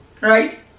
right